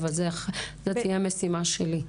אבל זו תהיה המשימה שלי.